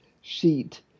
sheet